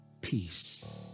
peace